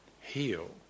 heal